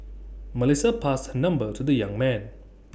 Melissa passed her number to the young man